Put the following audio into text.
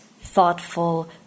thoughtful